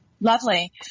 Lovely